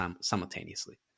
simultaneously